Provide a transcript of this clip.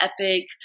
epic